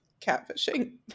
catfishing